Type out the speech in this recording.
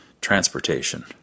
transportation